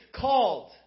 called